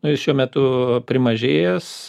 nu jis šiuo metu primažėjęs